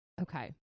okay